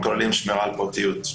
הכוללים שמירה על פרטיות.